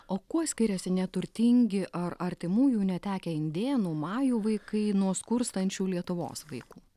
o kuo skiriasi neturtingi ar artimųjų netekę indėnų majų vaikai nuo skurstančių lietuvos vaikų